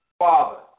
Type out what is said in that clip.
Father